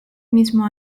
mismo